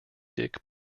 dick